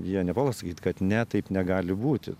jie nepuola sakyt kad ne taip negali būti